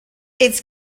its